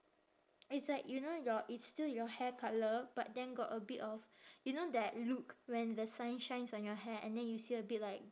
it's like you know your it's still your hair colour but then got a bit of you know that look when the sun shines on your hair and then you see a bit like